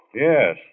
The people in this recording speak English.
Yes